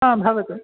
आं भवतु